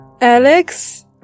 Alex